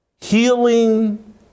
healing